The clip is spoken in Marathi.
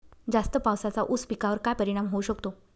जास्त पावसाचा ऊस पिकावर काय परिणाम होऊ शकतो?